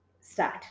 start